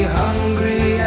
hungry